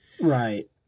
Right